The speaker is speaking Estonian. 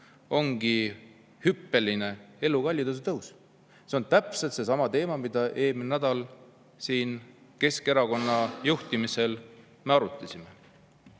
hüppeline elukalliduse tõus. See on täpselt seesama teema, mida me eelmisel nädalal siin Keskerakonna juhtimisel arutasime.